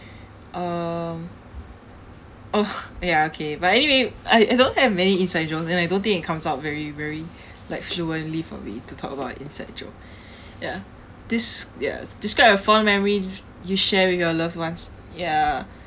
um oh ya okay but anyway I I don't have many inside jokes and I don't think it comes out very very like fluently for me to talk about a inside joke ya this yes describe a fond memory you share with your loved ones ya